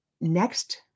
next